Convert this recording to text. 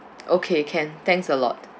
okay can thanks a lot